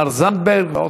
תמר זנדברג ועוד.